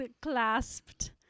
clasped